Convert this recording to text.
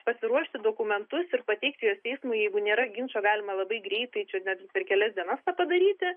pasiruošti dokumentus ir pateikti teismui jeigu nėra ginčo galima labai greitai čia netgi per kelias dienas tą padaryti